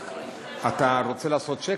אתה רוצה לעשות שקט?